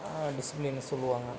டிசிப்ளீன்னு சொல்லுவாங்க